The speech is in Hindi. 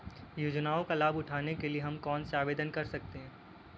योजनाओं का लाभ उठाने के लिए हम कैसे आवेदन कर सकते हैं?